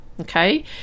okay